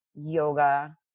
yoga